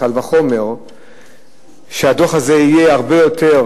קל וחומר שהדוח הזה יהיה הרבה יותר